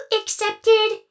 accepted